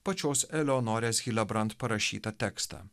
pačios eleonorės hilebrand parašytą tekstą